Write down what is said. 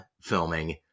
filming